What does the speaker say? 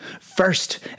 First